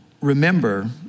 remember